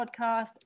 podcast